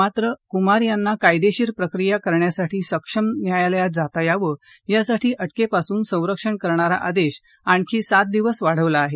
मात्र कुमार यांना कायदेशीर प्रक्रिया करण्यासाठी सक्षम न्यायालयात जाता यावं यासाठी अटकेपासून संरक्षण करणारा आदेश आणखी सात दिवस वाढवला आहे